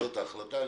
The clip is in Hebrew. זאת ההחלטה.